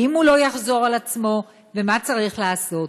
האם הוא לא יחזור על עצמו ומה צריך לעשות.